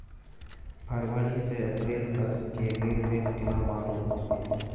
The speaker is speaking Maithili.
फरवरी से अप्रैल तक के लेन देन केना मालूम होते?